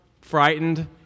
frightened